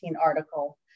article